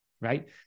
right